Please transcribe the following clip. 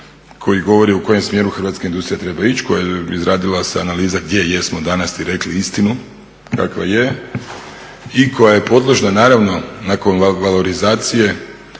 koji govori u kojem smjeru hrvatska industrija treba ići, izradila se analiza gdje jesmo danas … rekli istinu kakva je i koja je podložna naravno, nakon … donošenja